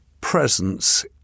presence